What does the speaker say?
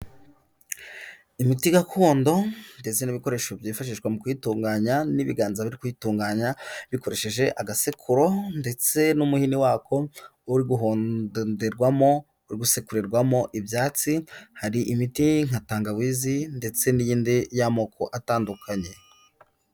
Imiti gakondo ndetse n'ibikoresho byifashishwa mu kwiyitunganya n'ibiganza biri kuyitunganya, bikoresheje agasekuro ndetse n'umuhini wako, uri guhonderwamo uri gusekurirwamo ibyatsi, hari imiti nka tangawizi ndetse n'iyindi y'amoko atandukanye.